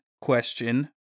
question